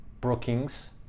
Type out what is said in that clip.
Brookings